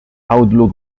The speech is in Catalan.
outlook